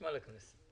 בשביל מה ללכת לכנסת?